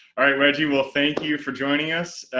all right, reggie, will thank you for joining us.